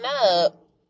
up